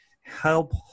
help